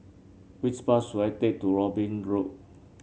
which bus should I take to Robin Road